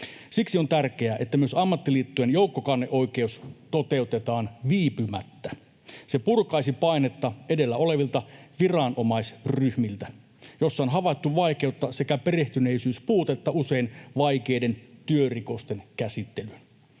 Siksi on tärkeää, että myös ammattiliittojen joukkokanneoikeus toteutetaan viipymättä. Se purkaisi painetta edellä olevilta viranomaisryhmiltä, joissa on havaittu vaikeutta sekä perehtyneisyyspuutetta usein vaikeiden työrikosten käsittelyyn.